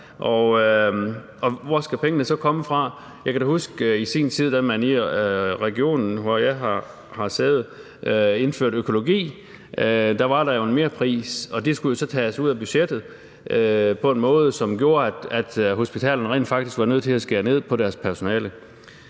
og hvor skal pengene så komme fra? Jeg kan da huske, at der i sin tid, da man i regionen, hvor jeg har sæde, indførte økologi, jo var en merpris, og det skulle så tages ud af budgettet på en måde, som gjorde, at hospitalerne rent faktisk var nødt til at skære ned på deres personale.